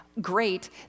great